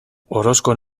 orozkon